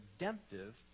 redemptive